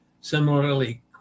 Similarly